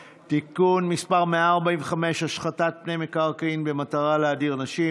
אדוני היושב-ראש, חשבתי שבגלל שזה